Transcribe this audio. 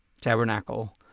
Tabernacle